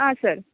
आं सर